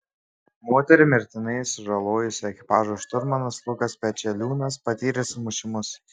moterį mirtinai sužalojusio ekipažo šturmanas lukas pečeliūnas patyrė sumušimus